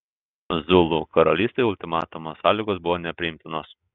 zulų karalystei ultimatumo sąlygos buvo nepriimtinos